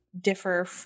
differ